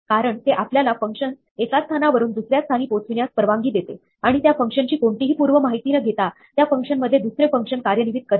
कारणते आपल्याला फंक्शन्स एका स्थानावरून दुसऱ्या स्थानी पोहोचविण्यास परवानगी देते आणि त्या फंक्शन ची कोणतीही पूर्व माहिती न घेता त्या फंक्शनमध्ये दुसरे फंक्शन कार्यान्वित करते